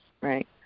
right